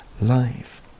life